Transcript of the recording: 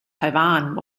taiwan